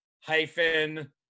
hyphen